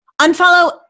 Unfollow